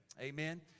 Amen